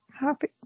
happy